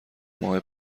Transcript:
ماه